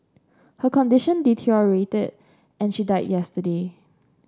her condition deteriorated and she died yesterday